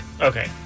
Okay